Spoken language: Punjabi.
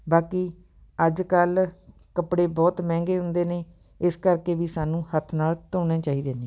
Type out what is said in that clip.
ਬਾਕੀ ਅੱਜ ਕੱਲ੍ਹ ਕੱਪੜੇ ਬਹੁਤ ਮਹਿੰਗੇ ਹੁੰਦੇ ਨੇ ਇਸ ਕਰਕੇ ਵੀ ਸਾਨੂੰ ਹੱਥ ਨਾਲ ਧੋਣੇ ਚਾਹੀਦੇ ਨੇ